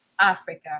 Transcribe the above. Africa